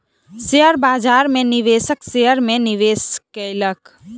share बाजार में निवेशक शेयर में निवेश कयलक